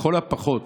לכל הפחות,